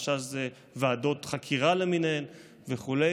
החשש הוא ועדות חקירה למיניהן וכו'.